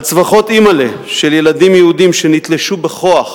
על צווחות "אמא'לה" של ילדים יהודים שנתלשו בכוח